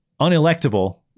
unelectable